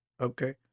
Okay